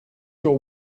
your